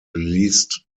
released